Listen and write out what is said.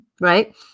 right